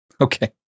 Okay